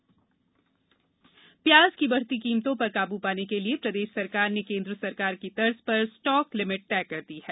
प्याज stock limit प्याज की बढ़ती कीमतों पर काबू पाने के लिए प्रदेश सरकार ने केन्द्र सरकार की तर्ज पर स्टाक लिमिट तय कर दी है